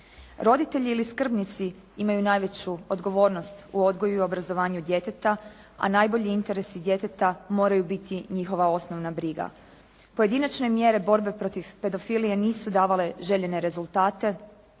Roditelji ili skrbnici imaju najveću odgovornost u odgoju i obrazovanju djeteta, a najbolji interesi djeteta moraju biti njihova osnovna briga. Pojedinačne mjere borbe protiv pedofilije nisu davale željene rezultate,